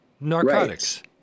narcotics